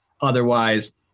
otherwise